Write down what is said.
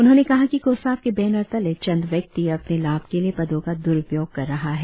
उन्होंने कहा कि कोसाप के बैनर तले चंद व्यक्ति अपने लाभ के लिए पदों का दुरुपयोग कर रहा है